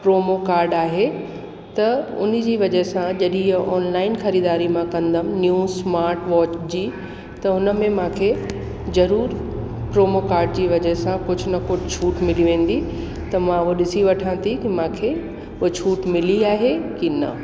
promo code आहे त उन जी वजह सां जॾहिं इहा ऑनलाइन ख़रीदारी मां कंदमि न्यू स्माट वॉच जी त हुन में मूंखे ज़रूरु प्रोमो काड जी वजह सां कुझ न कुझु छूट मिली वेंदी त मां उहा ॾिसी वठां थी मूंखे कोई छूट मिली आहे की न